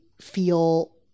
feel